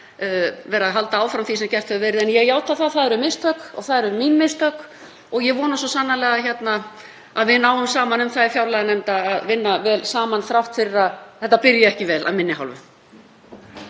vera að halda áfram því sem gert hefur verið. Ég játa að það eru mistök og það eru mín mistök og ég vona svo sannarlega að við náum saman um það í fjárlaganefnd að vinna vel saman þrátt fyrir að þetta byrji ekki vel af minni hálfu.